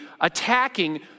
attacking